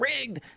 rigged